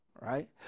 right